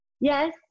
yes